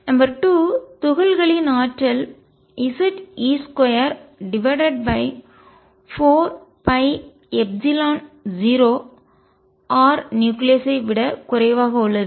number 2 துகள்களின் ஆற்றல் Ze24π0Rnucleus ஐ விட குறைவாக உள்ளது